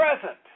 present